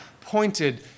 pointed